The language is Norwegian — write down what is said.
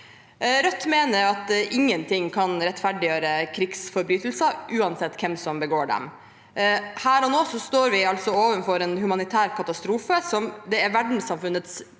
Rødt mener at ingenting kan rettferdiggjøre krigsforbrytelser, uansett hvem som begår dem. Her og nå står vi overfor en humanitær katastrofe som det er verdenssamfunnets